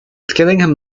gillingham